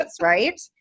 right